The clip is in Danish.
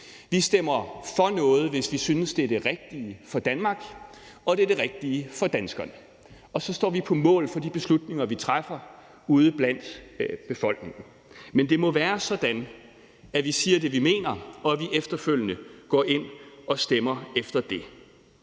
Vi stemmer for noget, hvis vi synes, det er det rigtige for Danmark og det rigtige for danskerne. Og så står vi på mål for de beslutninger, vi træffer, ude blandt befolkningen. Men det må være sådan, at vi siger det, vi mener, og at vi efterfølgende går ind og stemmer efter det.